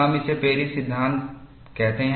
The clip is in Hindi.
हम इसे पेरिस सिद्धांत कहते हैं